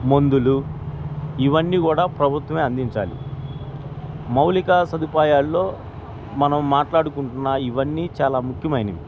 మందులు ఇవన్నీ కూడా ప్రభుత్వమే అందించాలి మౌలిక సదుపాయాల్లో మనం మాట్లాడుకుంటున్న ఇవన్నీ చాలా ముఖ్యమైనవి